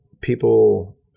people